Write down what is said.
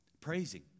praising